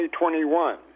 2021